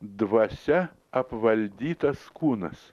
dvasia apvaldytas kūnas